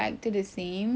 gabung